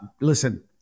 Listen